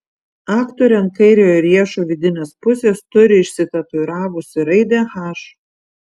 aktorė ant kairiojo riešo vidinės pusės turi išsitatuiravusi raidę h